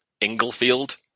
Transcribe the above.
Inglefield